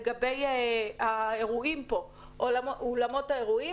לגבי אולמות האירועים,